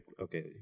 Okay